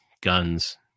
guns